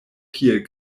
kiel